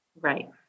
right